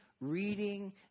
reading